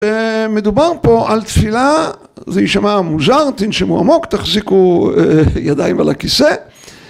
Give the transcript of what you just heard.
‫מדובר פה על תפילה, ‫זה יישמע מוזר תנשמו עמוק, ‫תחזיקו ידיים על הכיסא.